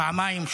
פעמיים,